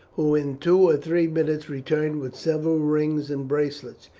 who in two or three minutes returned with several rings and bracelets.